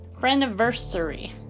friendiversary